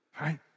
Right